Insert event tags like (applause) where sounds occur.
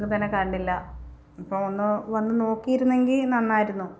(unintelligible) തന്നെ കണ്ടില്ല അപ്പം ഒന്ന് വന്ന് നോക്കിയിരുന്നെങ്കിൽ നന്നായിരുന്നു